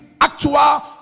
actual